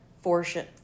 Fortune